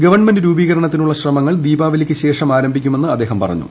government രൂപീകരണത്തിനുള്ള ശ്രമങ്ങൾ ദീപാവലിക്ക് ശേഷം ആരംഭിക്കുമെന്ന് അദ്ദേഹം പറഞ്ഞു